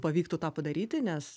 pavyktų tą padaryti nes